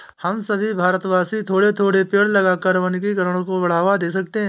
हम सभी भारतवासी थोड़े थोड़े पेड़ लगाकर वनीकरण को बढ़ावा दे सकते हैं